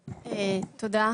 תודה.